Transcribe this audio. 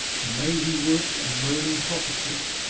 the mazy woods, and moaning coppices,